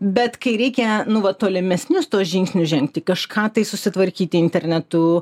bet kai reikia nu va tolimesnius tuos žingsnius žengti kažką tai susitvarkyti internetu